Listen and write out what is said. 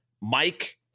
Mike